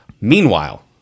Meanwhile